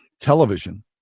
television